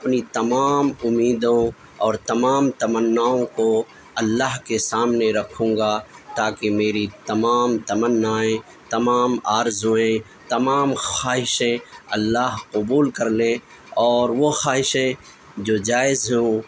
اپنی تمام امیدوں اور تمام تمناؤں کو اللہ کے سامنے رکھوں گا تاکہ میری تمام تمنائیں تمام آرزوئیں تمام خواہشیں اللہ قبول کر لے اور وہ خواہشیں جو جائز ہوں